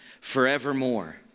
forevermore